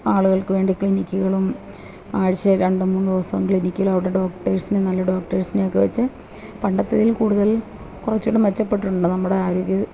ആളുകൾക്ക് വേണ്ടി ക്ലിനിക്കുകളും ആഴ്ചയിൽ രണ്ട് മൂന്ന് ദിവസം ക്ലിനിക്കുകളും അവിടെ ഡോക്ടേഴ്സിനെ നല്ല ഡോക്ടേഴ്സിനെയൊക്കെ വച്ച് പണ്ടത്തേതിൽ കൂടുതൽ കുറച്ചുകൂടെ മെച്ചപ്പെട്ടിട്ടുണ്ട് നമ്മുടെ ആരോഗ്യ